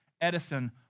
Edison